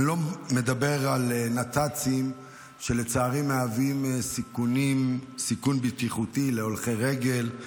אני לא מדבר על נת"צים שלצערי מהווים סיכון בטיחותי להולכי רגל,